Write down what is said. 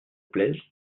plaisent